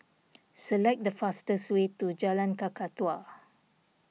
select the fastest way to Jalan Kakatua